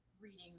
reading